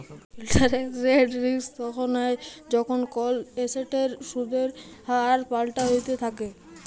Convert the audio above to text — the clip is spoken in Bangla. ইলটারেস্ট রেট রিস্ক তখল হ্যয় যখল কল এসেটের সুদের হার পাল্টাইতে থ্যাকে